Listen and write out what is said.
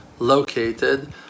Located